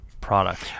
product